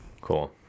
Cool